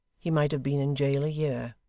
he might have been in jail a year.